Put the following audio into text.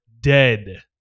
dead